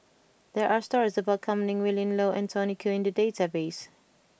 there are stories about Kam Ning Willin Low and Tony Khoo in the database